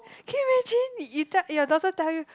can you imagine you da~ your daughter tell you